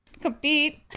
compete